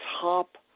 top